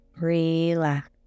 relax